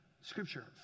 Scripture